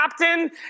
captain